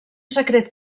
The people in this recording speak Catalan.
secret